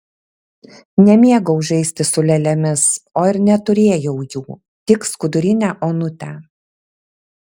nemėgau žaisti su lėlėmis o ir neturėjau jų tik skudurinę onutę